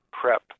prep